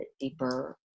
deeper